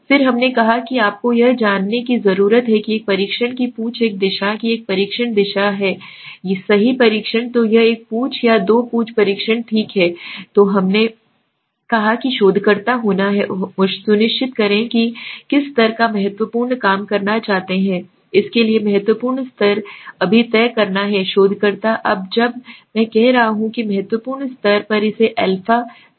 फिर हमने कहा कि आपको यह जानने की जरूरत है कि एक परीक्षण की पूंछ एक दिशा की एक परीक्षण दिशा की दिशा है सही परीक्षण तो यह एक पूंछ एक या दो पूंछ परीक्षण ठीक है तो हमने कहा कि शोधकर्ता होना है सुनिश्चित करें कि वह किस स्तर का महत्वपूर्ण काम करना चाहता है इसके लिए महत्वपूर्ण स्तर अभी तय करना है शोधकर्ता अब जब मैं कह रहा हूं कि महत्वपूर्ण स्तर एक इसे α सही समझ सकता है